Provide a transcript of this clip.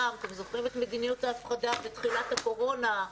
- אתם זוכרים את מדיניות ההפחדה בתחילת הקורונה?